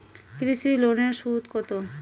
কৃষি লোনের সুদ কত?